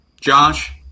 Josh